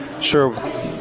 sure